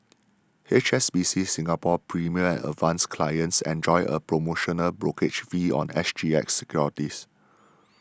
H S B C Singapore's Premier and Advance clients enjoy a promotional brokerage fee on S G X securities